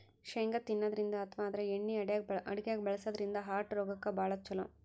ಶೇಂಗಾ ತಿನ್ನದ್ರಿನ್ದ ಅಥವಾ ಆದ್ರ ಎಣ್ಣಿ ಅಡಗ್ಯಾಗ್ ಬಳಸದ್ರಿನ್ದ ಹಾರ್ಟ್ ರೋಗಕ್ಕ್ ಭಾಳ್ ಛಲೋ